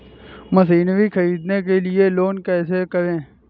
Machinery ख़रीदने के लिए लोन कैसे करें?